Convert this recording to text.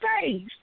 face